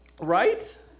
Right